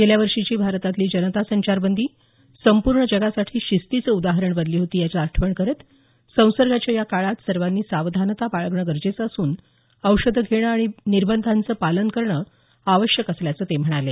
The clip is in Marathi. गेल्या वर्षीची भारतातली जनता संचारबंदी संपूर्ण जगासाठी शिस्तीचं उदाहरण बनली होती याची आठवण करत संसर्गाच्या या काळात सर्वांनी सावधानता बाळगणं गरजेचं असून औषधं घेणं आणि निबर्धांचं पालन करणं आवश्यक असल्याचं ते म्हणाले